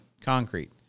concrete